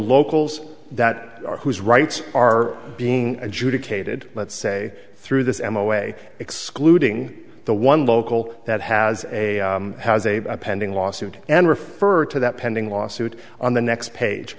locals that are whose rights are being adjudicated let's say through this am away excluding the one local that has a has a pending lawsuit and refer to that pending lawsuit on the next page